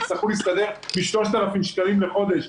תצטרכו להסתדר מ-3,000 שקלים לחודש.